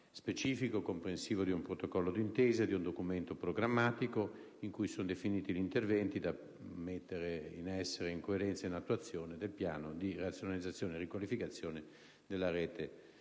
programma, comprensivo di un protocollo d'intesa e di un documento programmatico, nel quale sono definiti gli interventi da porre in essere in coerenza e in attuazione del piano di razionalizzazione e riqualificazione della rete